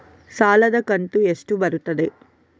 ಸಾಲದ ಕಂತು ಎಷ್ಟು ಬರುತ್ತದೆ?